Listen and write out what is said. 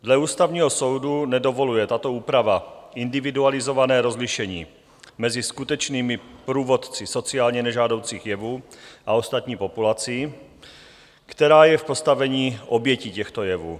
Dle Ústavního soudu nedovoluje tato úprava individualizované rozlišení mezi skutečnými původci sociálně nežádoucích jevů a ostatní populací, která je v postavení obětí těchto jevů.